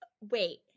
wait